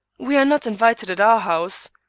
we are not invited at our house.